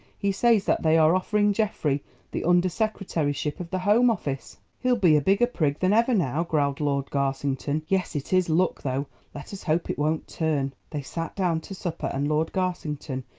he says that they are offering geoffrey the under secretaryship of the home office. he'll be a bigger prig than ever now, growled lord garsington. yes, it is luck though let us hope it won't turn. they sat down to supper, and lord garsington,